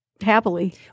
Happily